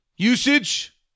Usage